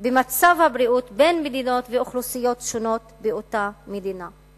של מצב הבריאות בין מדינות וכן בין אוכלוסיות שונות באותה מדינה.